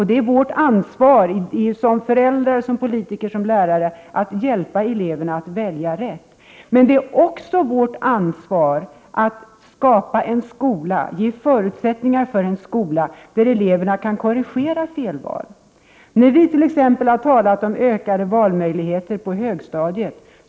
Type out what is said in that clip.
Det är ett ansvar för föräldrar, politiker och lärare att ge eleverna hjälp, så att de kan välja rätt. Men vi har också ett ansvar när det gäller att skapa en skola där det finns förutsättningar för att korrigera felval. Vi har t.ex. talat om ökade valmöjligheter på högstadiet.